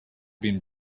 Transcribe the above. been